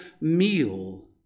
meal